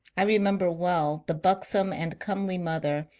i remember well the buxom and comely mother,